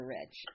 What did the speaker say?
Rich